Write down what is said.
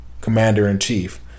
commander-in-chief